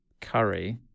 curry